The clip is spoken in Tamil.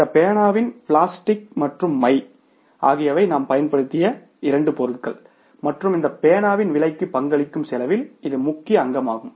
இந்த பேனாவில் பிளாஸ்டிக் மற்றும் மை ஆகியவை நாம் பயன்படுத்திய இரண்டு பொருட்கள் மற்றும் இந்த பேனாவின் விலைக்கு பங்களிக்கும் செலவில் இது முக்கிய அங்கமாகும்